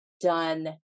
done